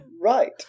Right